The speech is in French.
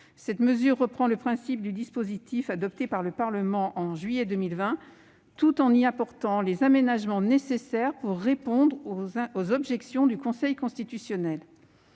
personne. Elle reprend le principe du dispositif adopté par le Parlement en juillet 2020, tout en y apportant les aménagements nécessaires pour répondre aux objections du Conseil constitutionnel.